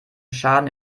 schaden